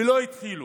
ולא התחילו.